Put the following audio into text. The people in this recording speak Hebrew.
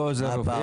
לא עוזר רופאים.